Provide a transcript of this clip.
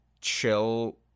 chill